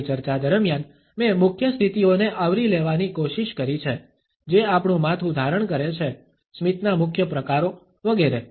મારી ચર્ચા દરમિયાન મેં મુખ્ય સ્થિતિઓને આવરી લેવાની કોશિશ કરી છે જે આપણું માથુ ધારણ કરે છે સ્મિતના મુખ્ય પ્રકારો વગેરે